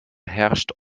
herrscht